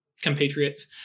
compatriots